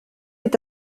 est